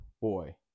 boy